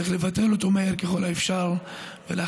צריך לבטל אותו מהר ככל האפשר ולהחזיר